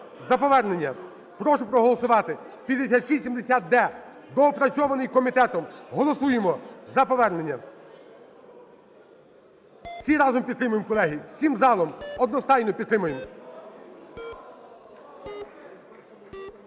за повернення. Прошу проголосувати 5670-д, доопрацьований комітетом. Голосуємо за повернення. Всі разом підтримуємо, колеги, всім залом, одностайно підтримуємо.